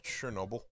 Chernobyl